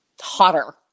hotter